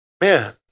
man